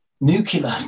nuclear